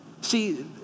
See